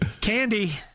candy